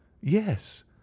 yes